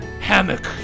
hammock